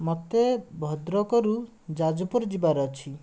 ମୋତେ ଭଦ୍ରକରୁ ଯାଜପୁର ଯିବାର ଅଛି